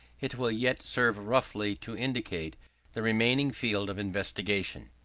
it will yet serve roughly to indicate the remaining field of investigation.